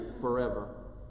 forever